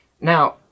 now